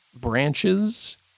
branches